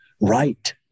right